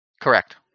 Correct